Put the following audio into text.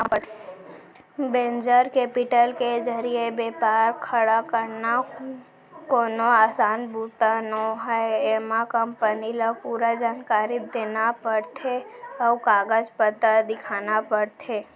venture capital के जरिए बेपार खड़ा करना कोनो असान बूता नोहय एमा कंपनी ल पूरा जानकारी देना परथे अउ कागज पतर दिखाना परथे